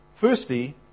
Firstly